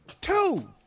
Two